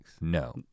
No